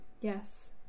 Yes